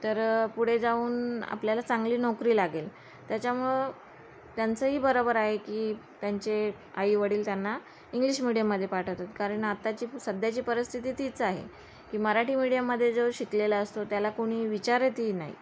तर पुढे जाऊन आपल्याला चांगली नोकरी लागेल त्याच्यामुळं त्यांचंही बरोबर आहे की त्यांचे आईवडील त्यांना इंग्लिश मिडीयममध्ये पाठवतात कारण आत्ताची सध्याची परस्थिती तीच आहे की मराठी मिडीयममध्ये जो शिकलेला असतो त्याला कोणी विचारतही नाही